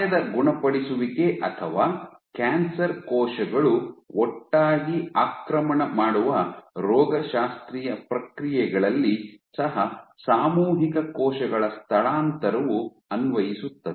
ಗಾಯದ ಗುಣಪಡಿಸುವಿಕೆ ಅಥವಾ ಕ್ಯಾನ್ಸರ್ ಕೋಶಗಳು ಒಟ್ಟಾಗಿ ಆಕ್ರಮಣ ಮಾಡುವ ರೋಗಶಾಸ್ತ್ರೀಯ ಪ್ರಕ್ರಿಯೆಗಳಲ್ಲಿ ಸಹ ಸಾಮೂಹಿಕ ಕೋಶಗಳ ಸ್ಥಳಾಂತರವು ಅನ್ವಯಿಸುತ್ತದೆ